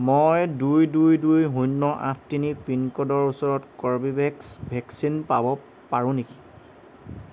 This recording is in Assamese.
মই দুই দুই দুই শূন্য আঠ তিনি পিনক'ডৰ ওচৰত কৰ্বীভেক্স ভেকচিন পাব পাৰোঁ নেকি